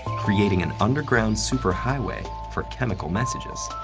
creating an underground super highway for chemical messages.